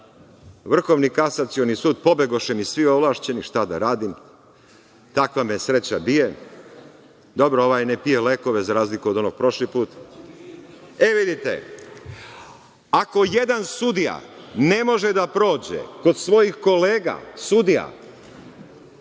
Vrhovni kasacioni sud, pobegoše mi svi ovlašćeni, šta da radim, takva me sreća bije, dobro, ovaj ne pije lekove za razliku od onoga prošli put. E, vidite, ako jedan sudija ne može da prođe kod svojih kolega sudija